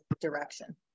direction